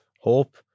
hope